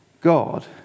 God